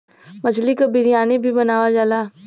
मछली क बिरयानी भी बनावल जाला